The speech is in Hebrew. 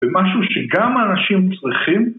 ומשהו שגם האנשים צריכים